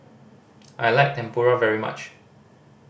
I like Tempura very much